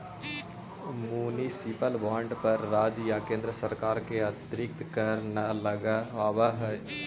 municipal bond पर राज्य या केन्द्र सरकार अतिरिक्त कर न लगावऽ हइ